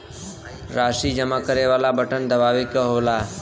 राशी जमा करे वाला बटन दबावे क होला